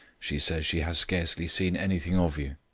she says she has scarcely seen anything of you.